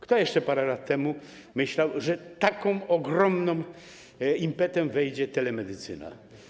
Kto jeszcze parę lat temu myślał, że z takim ogromnym impetem wejdzie telemedycyna?